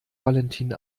valentin